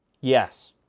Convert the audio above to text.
Yes